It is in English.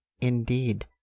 indeed